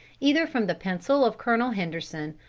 either from the pencil of colonel henderson,